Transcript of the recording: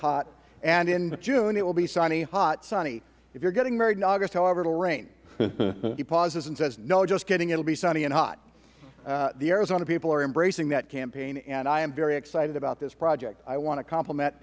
hot and in june it will be sunny hot sunny if you're getting married in august however it'll rain he pauses and says no just kidding it'll be sunny and hot the arizona people are embracing that campaign and i am very excited about this project i want to compliment